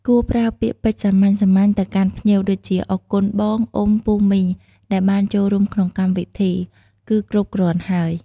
គួរប្រើពាក្យពេចន៍សាមញ្ញៗទៅកាន់ភ្ញៀវដូចជា "អរគុណបង អ៊ុំ ពូ មីង ដែលបានចូលរួមក្នុងកម្មវិធី" គឺគ្រប់គ្រាន់ហើយ។